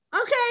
okay